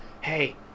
hey